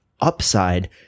upside